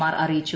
R അറിയിച്ചു